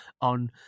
on